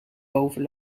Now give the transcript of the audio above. boven